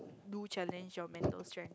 do challenge your mental strength